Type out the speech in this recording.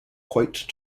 quite